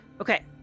Okay